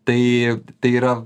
tai tai yra